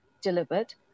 delivered